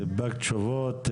סיפקת תשובות,